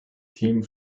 team